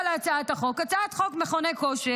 אני מסתכלת על הצעת החוק, הצעת חוק מכוני כושר.